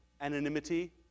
anonymity